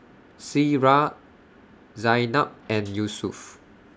Syirah Zaynab and Yusuf